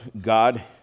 God